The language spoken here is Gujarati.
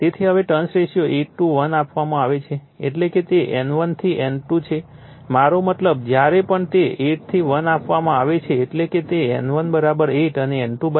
તેથી હવે ટર્ન્સ રેશિયો 8 થી 1 આપવામાં આવે છે એટલે કે તે N1 થી N2 છે મારો મતલબ જ્યારે પણ તે 8 થી 1 આપવામાં આવે છે એટલે કે તે N1 8 છે N2 1 છે